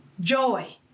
joy